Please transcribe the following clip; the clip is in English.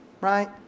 right